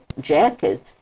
jacket